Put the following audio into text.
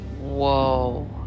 Whoa